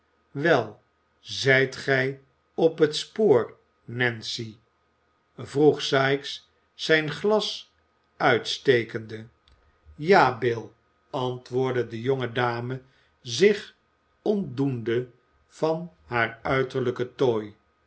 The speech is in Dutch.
wel zijt gij op het spoor nancy vroeg sikes zijn glas uitstekende ja bill antwoordde de jonge dame zich ontdoende van haar uiterlijken tooi